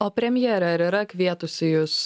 o premjerė ar yra kvietusi jus